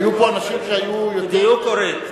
הרי היו פה אנשים שהיו יותר, בדיוק, אורית.